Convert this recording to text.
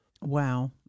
Wow